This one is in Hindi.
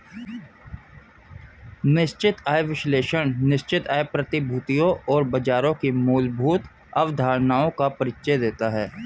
निश्चित आय विश्लेषण निश्चित आय प्रतिभूतियों और बाजारों की मूलभूत अवधारणाओं का परिचय देता है